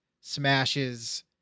smashes